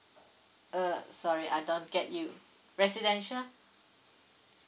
uh sorry I don't get you residential